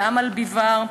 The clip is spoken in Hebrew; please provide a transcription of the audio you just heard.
לאמל ביבאר,